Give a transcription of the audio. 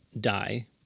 die